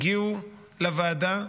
הגיעו לוועדה,